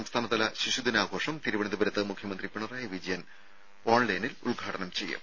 സംസ്ഥാനതല ശിശുദിനാഘോഷം തിരുവനന്തപുരത്ത് മുഖ്യമന്ത്രി പിണറായി വിജയൻ ഓൺലൈനിൽ ഉദ്ഘാടനം ചെയ്യും